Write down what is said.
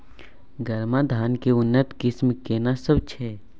गरमा धान के उन्नत किस्म केना सब छै?